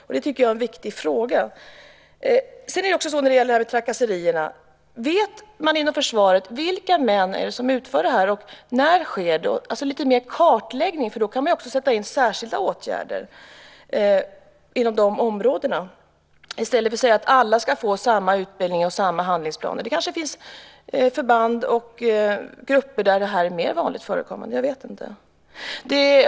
Det här tycker jag är en viktig fråga. När det gäller trakasserierna undrar jag om man vet inom försvaret vilka män det är som utför trakasserierna och när de sker. Det behövs alltså lite mer kartläggning, för då kan man sätta in särskilda åtgärder inom de områdena i stället för att säga att alla ska få samma utbildning och samma handlingsplaner. Det kanske finns förband och grupper där det här är mer vanligt förekommande, jag vet inte.